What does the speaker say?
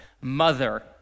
mother